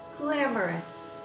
Glamorous